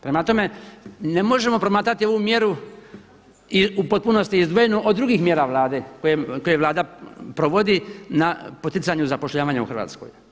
Prema tome, ne možemo promatrati ovu mjeru i u potpunosti izdvojenu od drugih mjera Vlade, koje Vlada provodi na poticanju zapošljavanja u Hrvatskoj.